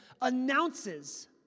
announces